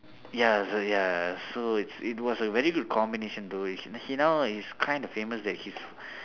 ya so ya so it's it was a very good combination though he he now is kind of famous that he's